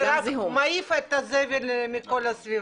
זה רק מעיף את הזבל מכל הסביבה.